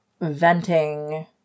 venting